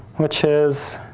which is